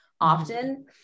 often